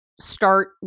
start